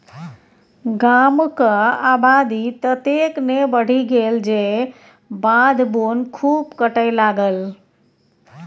गामक आबादी ततेक ने बढ़ि गेल जे बाध बोन खूब कटय लागल